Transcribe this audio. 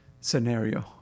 scenario